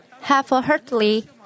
half-heartedly